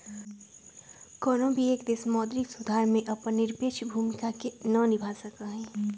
कौनो भी एक देश मौद्रिक सुधार में अपन निरपेक्ष भूमिका के ना निभा सका हई